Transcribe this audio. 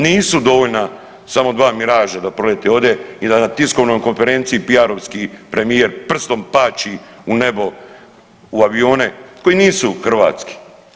Nisu dovoljna samo dva Miragea da prolete ovdje i da na tiskovnoj konferenciji PR-arovski premijer pstom pači u nebo u avione koji nisu hrvatski.